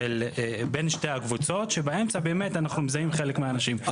בין שתי הקבוצות שבאמצע באמת אנחנו מזהים חלק מהאנשים,